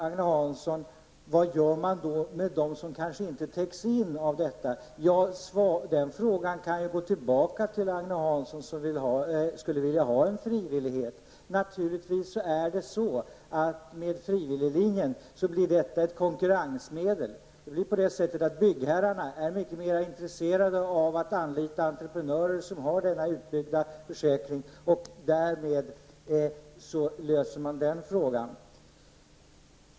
Agne Hansson frågar vad man gör med dem som kanske inte täcks in av detta. Den frågan kan gå tillbaka till Agne Hansson, som vill ha frivillighet. Med frivilliglinjen blir detta naturligtvis ett konkurrensmedel. Byggherrarna är mycket mer intresserade av att anlita entreprenörer som har en utbyggd försäkring, och därmed löser man den frågan.